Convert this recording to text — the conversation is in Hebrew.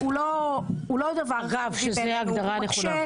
-- הדבר הזה הוא לא דבר נכון לכנסת,